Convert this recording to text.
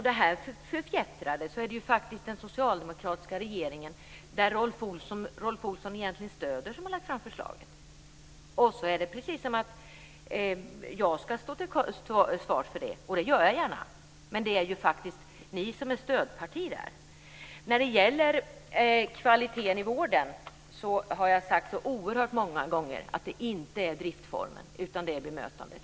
Det är faktiskt den socialdemokratiska regeringen, som Rolf Olsson egentligen stöder, som har lagt fram förslaget. Sedan verkar det som om jag ska stå till svars för det, och det gör jag gärna. Med det är faktiskt ni som är stödparti där. När det gäller kvaliteten i vården har jag sagt oerhört många gånger att den inte beror på driftsformen utan på bemötandet.